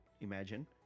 imagine